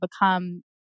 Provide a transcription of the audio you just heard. become